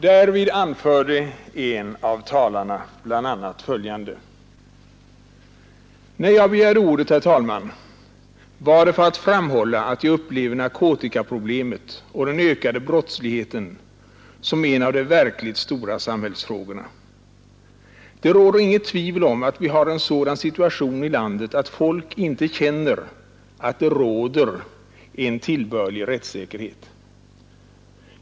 Därvid anförde en av talarna bl.a. följande: ”När jag begärde ordet, herr talman, var det för att framhålla att jag upplever narkotikaproblemet och den ökande brottsligheten som en av de verkligt stora samhällsfrågorna. Det råder inget tvivel om att vi har en sådan situation i landet att folk inte känner att det råder en tillbörlig rättssäkerhet.